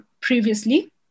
previously